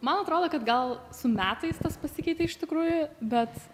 man atrodo kad gal su metais tas pasikeitė iš tikrųjų bet